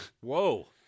Whoa